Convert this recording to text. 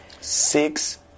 Six